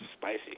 Spicy